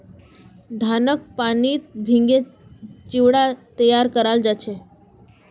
धानक पानीत भिगे चिवड़ा तैयार कराल जा छे